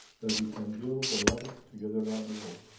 that you can build a link together around the world.